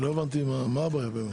לא הבנתי מה הבעיה.